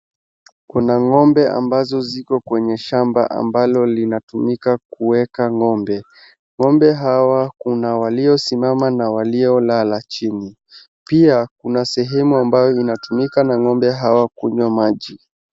Kuna ng'ombe ambazo ziko kwenye shamba ambalo zinatumika kuweka ng'ombe. Ng'ombe hawa kuna waliosimama na waliolala chini. Pia kuna sehemu ambayo inatumika na ng'ombe hawa kunywa maji.